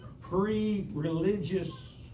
pre-religious